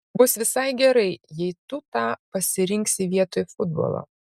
bus visai gerai jei tu tą pasirinksi vietoj futbolo